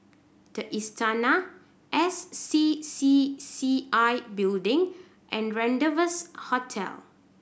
The Istana S C C C I Building and Rendezvous Hotel